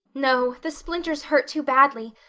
no. the splinters hurt too badly.